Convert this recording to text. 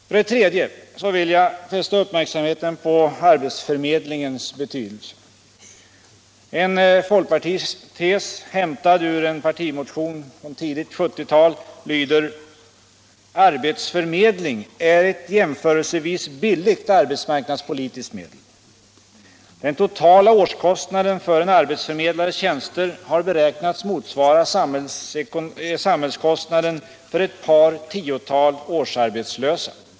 För det tredje vill jag fästa uppmärksamheten på arbetsförmedlingens betydelse. En folkpartites, hämtad ur en partimotion av tidigt 1970-tal, lyder: Arbetsförmedling är ett jämförelsevis billigt arbetsmarknadspolitiskt medel. Den totala årskostnaden för en arbetsförmedlares tjänster har beräknats motsvara samhällskostnaden för ett par tiotal årsarbetslösa.